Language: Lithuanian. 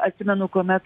atsimenu kuomet